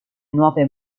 nuove